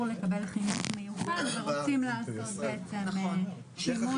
לקבל חינוך מיוחד והם רוצים לעשות שימוש באישור הזה.